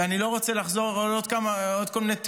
ואני לא רוצה לחזור על עוד כל מיני תיאורים,